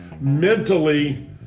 mentally